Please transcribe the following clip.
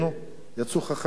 יצאו חכמים מאתנו.